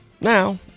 Now